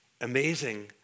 amazing